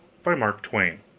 by mark twain